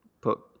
Put